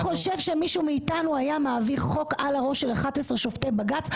אתה חושב שמישהו מאיתנו היה מעביר חוק על הראש של 11 שופטי בג"צ?